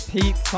Pete